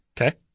Okay